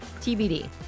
TBD